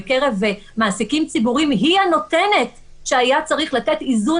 בקרב מעסיקים ציבוריים היא הנותנת שהיה צריך לתת איזון